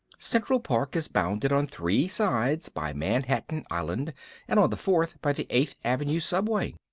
central park is bounded on three sides by manhattan island and on the fourth by the eighth avenue subway.